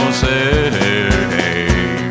say